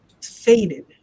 faded